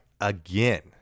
again